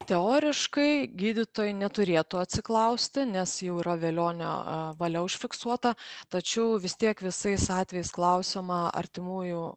teoriškai gydytojai neturėtų atsiklausti nes jau yra velionio valia užfiksuota tačiau vis tiek visais atvejais klausiama artimųjų